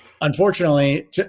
Unfortunately